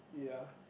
yeah